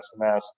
SMS